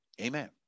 Amen